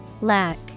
Lack